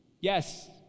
Yes